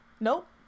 Nope